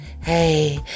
Hey